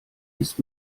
ist